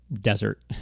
desert